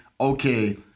okay